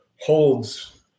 holds